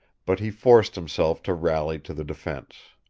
but he forced himself to rally to the defense.